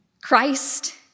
Christ